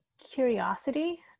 curiosity